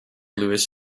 lewis